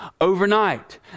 overnight